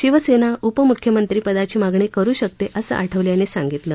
शिवसेना उपमुख्यमंत्रीपदाची मागणी करु शकते असं आठवले यांनी सांगितलं